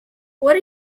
what